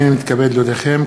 הנני מתכבד להודיעכם,